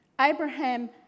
Abraham